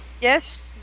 Yes